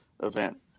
event